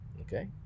Okay